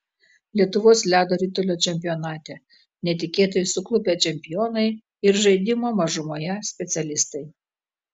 lietuvos ledo ritulio čempionate netikėtai suklupę čempionai ir žaidimo mažumoje specialistai